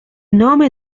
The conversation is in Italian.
nome